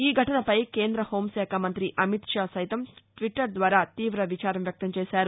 ఈ ఘటనపై కేంద్ర హోంశాఖ మంఁతి అమిత్ షా సైతం ట్విట్టర్ ద్వారా తీవ విచారం వ్యక్తం చేశారు